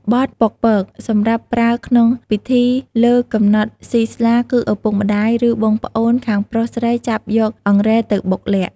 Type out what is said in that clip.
បទប៉ុកពើក សម្រាប់ប្រើក្នុងពិធីលើកំណត់សុីស្លាគឺឪពុកម្ដាយ ឬបងប្អូនខាងប្រុសស្រីចាប់យកអង្រែទៅបុកល័ក្ត។